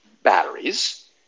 batteries